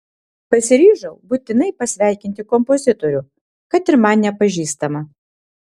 pasiryžau būtinai pasveikinti kompozitorių kad ir man nepažįstamą